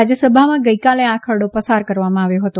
રાજયસભામાં ગઇકાલે આ ખરડો પસાર કરવામાં આવ્યો હતો